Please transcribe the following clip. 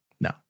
No